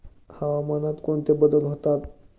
हवामानात कोणते बदल होतात?